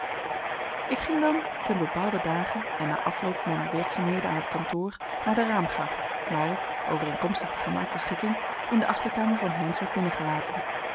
ik ging dan ten bepaalden dage en na afloop mijner werkzaamheden aan het kantoor naar de raamgracht waar ik overeenkomstig de gemaakte schikking in de achterkamer van heynsz werd binnengelaten